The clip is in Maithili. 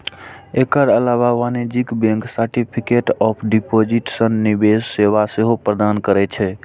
एकर अलावे वाणिज्यिक बैंक सर्टिफिकेट ऑफ डिपोजिट सन निवेश सेवा सेहो प्रदान करै छै